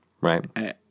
right